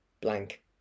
blank